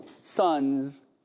sons